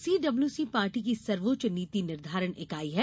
CWC party की सर्वोच्च नीति निर्धारण इकाई है